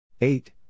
eight